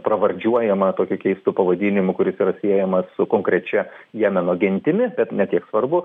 pravardžiuojama tokiu keistu pavadinimu kuris yra siejamas su konkrečia jemeno gentimi bet ne tiek svarbu